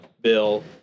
bill